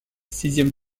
sixième